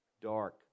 dark